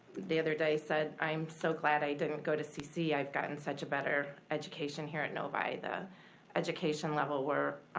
the other day, said i'm so glad i didn't go to cc, i've gotten such a better education here at novi. the education level we're